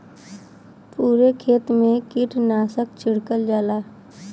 पुरे खेत मे कीटनाशक छिड़कल जाला